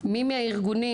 מי מהארגונים,